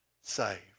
saved